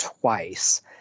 twice